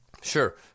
Sure